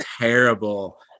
terrible